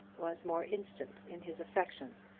was more instant in his affection,